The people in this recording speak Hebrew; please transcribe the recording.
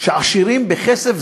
עשירים בכסף,